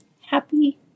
happy